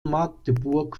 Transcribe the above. magdeburg